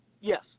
Yes